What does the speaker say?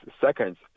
seconds